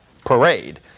parade